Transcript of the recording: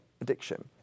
addiction